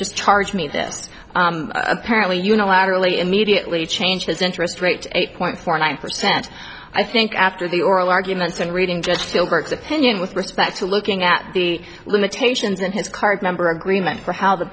charge me this apparently unilaterally immediately changes interest rate eight point four nine percent i think after the oral arguments and reading just filberts opinion with respect to looking at the limitations in his card number agreement for how the